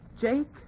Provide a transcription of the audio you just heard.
Jake